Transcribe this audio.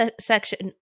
section